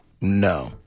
no